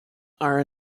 are